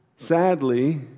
Sadly